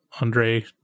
Andre